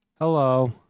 Hello